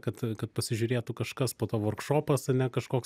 kad kad pasižiūrėtų kažkas po to vorkšopas ar ne kažkoks